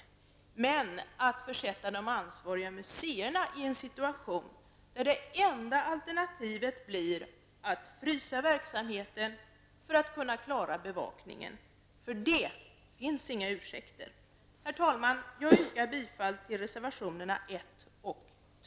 Men det finns inga ursäkter för att försätta de ansvariga museerna i en situation där enda alternativet blir att frysa verksamheten för att kunna klara bevakningen. Herr talman! Jag yrkar bifall till reservationerna 1